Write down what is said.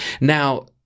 Now